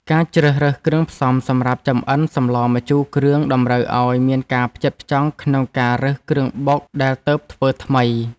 ការជ្រើសរើសគ្រឿងផ្សំសម្រាប់ចំអិនសម្លម្ជូរគ្រឿងតម្រូវឱ្យមានការផ្ចិតផ្ចង់ក្នុងការរើសគ្រឿងបុកដែលទើបធ្វើថ្មី។